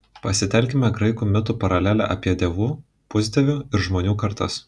pasitelkime graikų mitų paralelę apie dievų pusdievių ir žmonių kartas